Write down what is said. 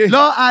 Lord